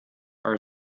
our